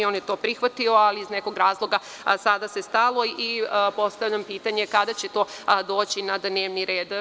On je to prihvatio, ali iz nekog razloga sa tim se stalo i postavljam pitanje kada će to doći na dnevni red?